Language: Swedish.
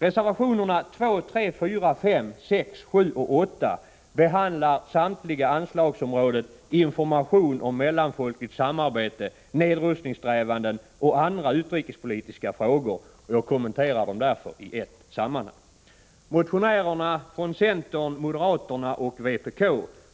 Reservationerna nr 2, 3,4, 5,6, 7 och 8 behandlar samtliga anslagsområdet Information om mellanfolkligt samarbete, nedrustningssträvanden och andra utrikespolitiska frågor. Jag kommenterar därför reservationerna i ett sammanhang. Motionärerna från centern, moderata samlingspartiet och vpk